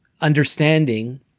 understanding